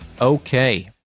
Okay